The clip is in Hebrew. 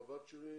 הוואוצ'רים,